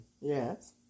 Yes